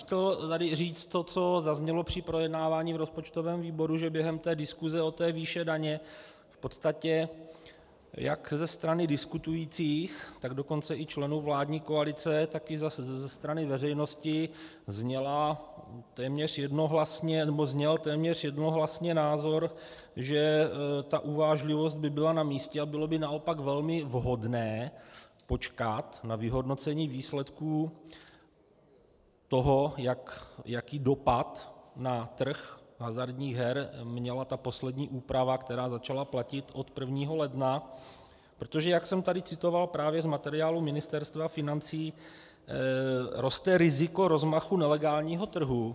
Chtěl bych tady říct to, co zaznělo při projednávání v rozpočtovém výboru, že během diskuse o výši daně v podstatě jak ze strany diskutujících, tak dokonce i členů vládní koalice, tak i ze strany veřejnosti zněl téměř jednohlasně názor, že ta uvážlivost by byla namístě a bylo by naopak velmi vhodné počkat na vyhodnocení výsledků toho, jaký dopad na trh hazardních her měla poslední úprava, která začala platit od 1. ledna, protože jak jsem tady citoval právě z materiálu Ministerstva financí, roste riziko rozmachu nelegálního trhu.